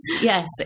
yes